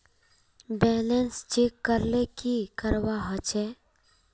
Balance check करले की करवा होचे?